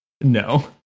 No